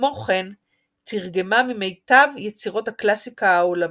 כמו כן תרגמה ממיטב יצירות הקלאסיקה העולמית,